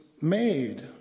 made